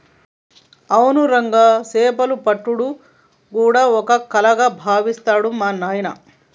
అవును రంగా సేపలు పట్టుడు గూడా ఓ కళగా బావిత్తరు మా నాయిన